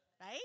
Right